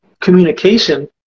communication